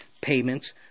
payments